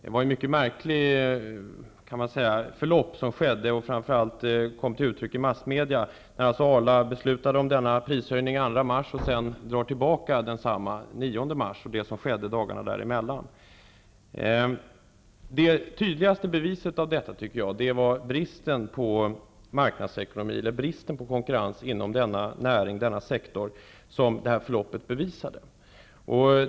Det var något mycket märkligt som skedde och som framför allt kom till uttryck i massmedia när Arla den 2 mars beslutade om en prishöjning och sedan den 9 mars drog tillbaka den -- jag tänker då på det som skedde dagarna däremellan. Det förloppet visade tydligt, tycker jag, att det råder brist på konkurrens inom denna sektor av mejerinäringen.